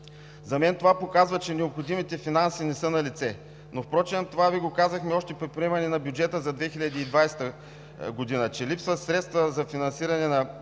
За мен това показва, че необходимите финанси не са налице. Впрочем това Ви го казахме още при приемането на бюджета за 2020 г. – че липсват средства за финансиране на